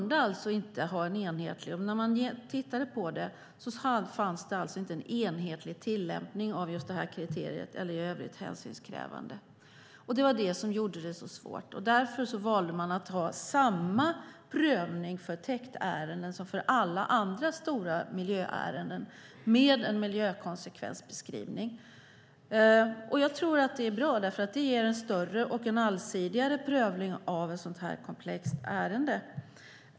De hade ingen enhetlig tillämpning av just kriteriet "eller i övrigt hänsynskrävande", och det var detta som gjorde det så svårt. Därför valde man att ha samma prövning för täktärenden som för alla andra stora miljöärenden, med en miljökonsekvensbeskrivning. Jag tror att det är bra, för det ger en större och en allsidigare prövning av ett sådant här komplext ärende.